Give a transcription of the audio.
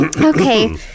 Okay